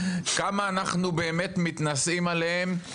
כמה אנחנו באמת מתנשאים עליהם.